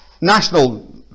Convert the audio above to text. national